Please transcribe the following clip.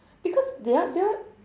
because their their